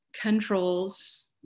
controls